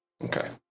Okay